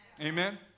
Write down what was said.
Amen